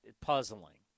puzzling